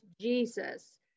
Jesus